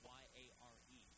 y-a-r-e